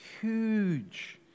huge